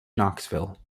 knoxville